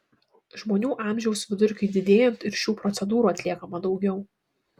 žmonių amžiaus vidurkiui didėjant ir šių procedūrų atliekama daugiau